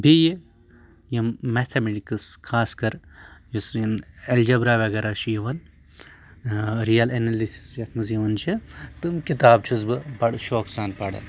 بیٚیہِ یِم میتھَمیٚٹِکٕس خاص کر یُس یِم اٮ۪لجَبر ا وغیرہ چھُ یِوان رِیَل اٮ۪نَلِسٕز یَتھ منٛز یِوان چھِ تِم کِتابہٕ چھُس بہٕ بَڑٕ شوقہٕ سان پَران